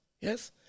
yes